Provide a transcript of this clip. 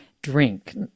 drink